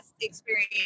experience